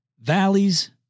valleys